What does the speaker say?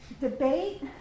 debate